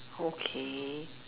okay